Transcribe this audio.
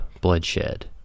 bloodshed